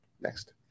Next